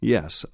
Yes